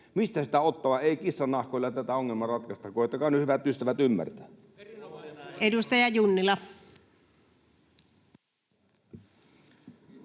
Mistä sitä ottaa? Ei kissan nahkoilla tätä ongelmaa ratkaista. Koettakaa nyt, hyvät ystävät, ymmärtää. [Perussuomalaisten